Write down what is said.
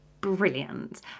Brilliant